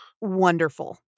wonderful